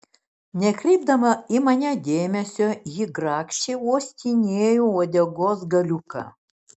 nekreipdama į mane dėmesio ji grakščiai uostinėjo uodegos galiuką